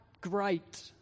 great